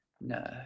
no